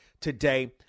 today